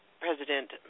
President